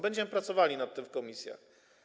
Będziemy pracowali nad tym w komisjach.